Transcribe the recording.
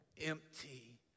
empty